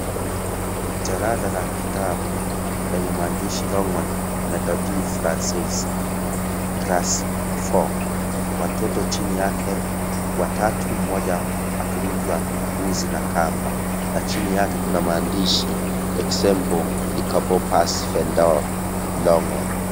Jalada la kitabu lenye maandishi (cs)Longhorn methode francis class four(cs) watoto chini yake watatu, mmoja akiruka uzi na kamba na chini yake kuna maandishi (cs)Exemple de copie pas vendre Longhorn(cs).